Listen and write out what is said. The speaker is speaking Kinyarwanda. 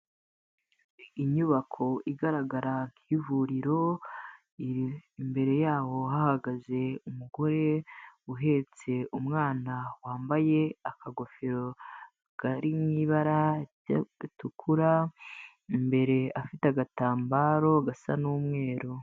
Inyubako igaragara nk'ivuriro iri imbere yaho hahagaze umugore uhetse umwana wambaye akagoferori kari mu ibara ndetse gatukura, imbere afite agatambaro gasa n'umweru.